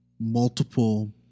multiple